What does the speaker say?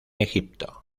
egipto